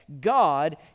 God